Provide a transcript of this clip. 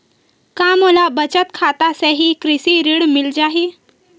का मोला बचत खाता से ही कृषि ऋण मिल जाहि?